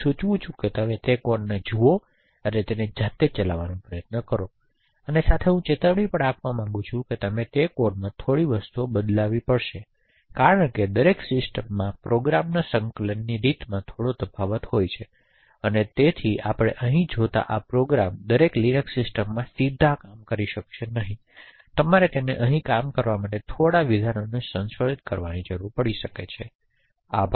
હું સૂચવું છું કે તમે તે કોડને જુઓ અને તેને જાતે ચલાવવાનો પ્રયાસ કરી શકો અને હું ચેતવણી આપવા માંગું છું કે તમારે તે કોડમાં થોડી વસ્તુઓ બદલવાની જરૂર પડી શકે છે કારણ કે દરેક સિસ્ટમમાં પ્રોગ્રામ્સના સંકલનની રીતમાં થોડો તફાવત હશે અને તેથી આપણે અહીં જોતા આ પ્રોગ્રામ્સ દરેક લીનક્સ સિસ્ટમમાં સીધા કામ કરી શકશે નહીં તેથી તમારે તેને અહીં કામ કરવા માટે થોડાં વિધાનોને સંશોધિત કરવાની જરૂર પડી શકે છે